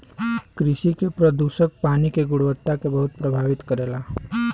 कृषि के प्रदूषक पानी के गुणवत्ता के बहुत प्रभावित करेला